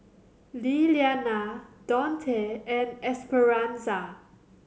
Lillianna Donte and Esperanza